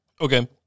Okay